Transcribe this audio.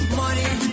money